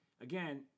Again